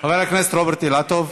חבר הכנסת רוברט אילטוב.